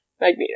Magneto